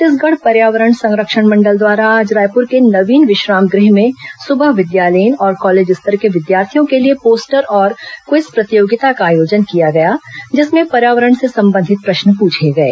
छत्तीसगढ़ पर्यावरण संरक्षण मंडल द्वारा आज रायपुर के नवीन विश्राम गृह में सुबह विद्यालयीन और कॉलेज स्तर के विद्यार्थियों के लिए पोस्टर और क्विज प्रतियोगिता का आयोजन किया गया जिसमें पर्यावरण से संबंधित प्रश्न पूछे गए